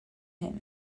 him